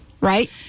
Right